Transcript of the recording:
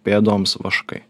pėdoms vaškai